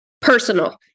personal